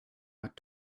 out